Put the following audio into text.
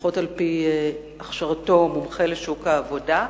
לפחות על-פי הכשרתו, רואה עצמו מומחה לשוק העבודה.